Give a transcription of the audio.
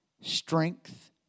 Strength